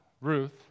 Ruth